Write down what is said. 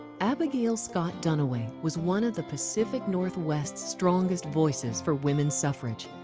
abigail scott duniway was one of the pacific northwest's strongest voices for women's suffrage.